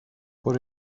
por